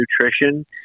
nutrition